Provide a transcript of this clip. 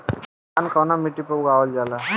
धान कवना मिट्टी पर उगावल जाला?